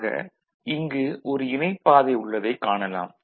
ஆக இங்கு ஒரு இணைப் பாதை உள்ளதைக் காணலாம்